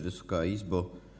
Wysoka Izbo!